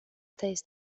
aceasta